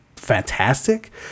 fantastic